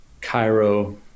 Cairo